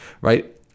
right